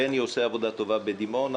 בני ביטון עושה עבודה טובה בדימונה,